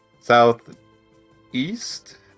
southeast